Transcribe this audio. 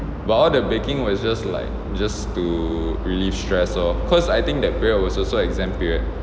but all the baking was just like just to relieve stress lor cause I think that period was also like exam period